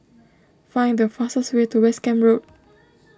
find the fastest way to West Camp Road